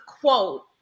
quote